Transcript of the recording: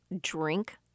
drink